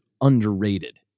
underrated